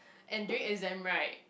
and during exam right